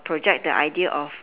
project the idea of